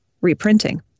reprinting